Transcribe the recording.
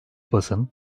basın